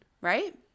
right